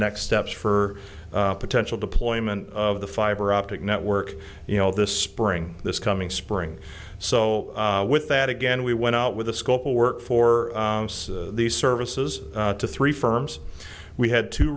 next steps for potential deployment of the fiber optic network you know this spring this coming spring so with that again we went out with a scope to work for these services to three firms we had two